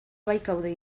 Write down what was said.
baikaude